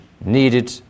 needed